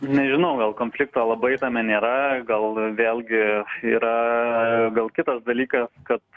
nežinau gal konflikto labai tame nėra gal vėlgi yra gal kitas dalykas kad